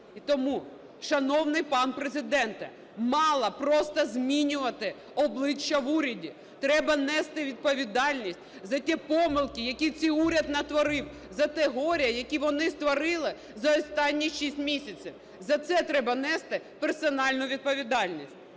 І тому, шановний пан Президент, мало просто змінювати обличчя в уряді, треба нести відповідальність за ті помилки, які цей уряд натворив, за те горе, яке створили за останні шість місяців, за це треба нести персональну відповідальність.